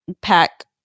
pack